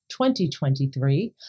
2023